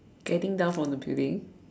getting down from the building